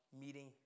meeting